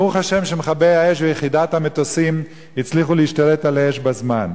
ברוך השם שמכבי האש ויחידת המטוסים הצליחו להשתלט על האש בזמן,